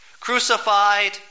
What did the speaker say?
Crucified